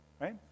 right